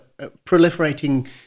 proliferating